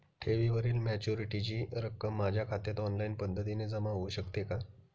ठेवीवरील मॅच्युरिटीची रक्कम माझ्या खात्यात ऑनलाईन पद्धतीने जमा होऊ शकते का?